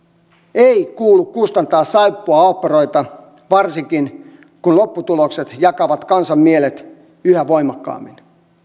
ei kuulu kustantaa saippuaoopperoita varsinkin kun lopputulokset jakavat kansan mielet yhä voimakkaammin